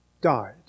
died